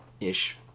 ish